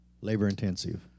labor-intensive